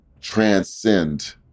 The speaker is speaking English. transcend